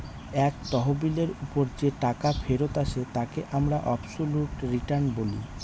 এক তহবিলের ওপর যে টাকা ফেরত আসে তাকে আমরা অবসোলুট রিটার্ন বলি